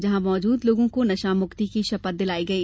जहां मौजूद लोगों को नशा मुक्ति की शपथ दिलाई गई